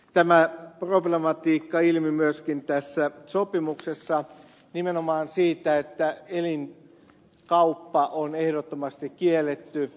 tämä problematiikka käy ilmi myöskin tässä sopimuksessa nimenomaan siitä että elinkauppa on ehdottomasti kielletty